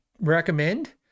recommend